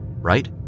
right